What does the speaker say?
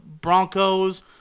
Broncos